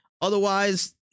otherwise